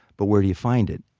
but where do you find it?